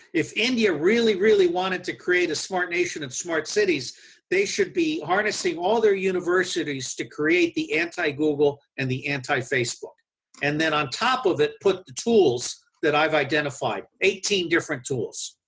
if india really, really wanted to create a smart nation and smart cities they should be harnessing all their universities to create the anti-google and the anti-facebook and then on top of it put the tools that i've identified. eighteen different tools.